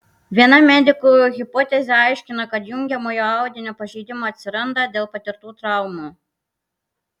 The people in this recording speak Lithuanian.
viena medikų hipotezė aiškina kad jungiamojo audinio pažeidimų atsiranda dėl patirtų traumų